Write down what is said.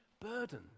burden